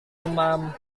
demam